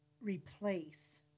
replace